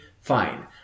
fine